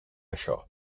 això